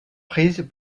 prises